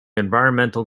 environmental